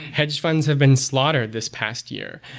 hedge funds have been slaughtered this past year.